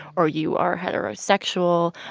or you are heterosexual.